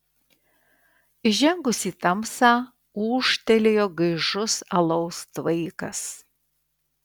įžengus į tamsą ūžtelėjo gaižus alaus tvaikas